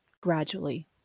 gradually